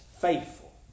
faithful